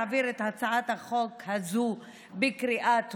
להעביר את הצעת החוק הזו בקריאה טרומית,